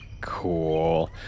Cool